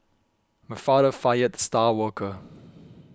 my father fired the star worker